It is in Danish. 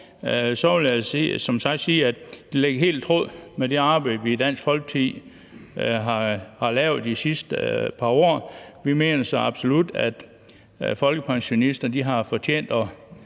jeg som sagt sige, at det ligger helt i tråd med det arbejde, vi i Dansk Folkeparti har lavet de sidste par år. Vi mener så absolut, at folkepensionister har fortjent at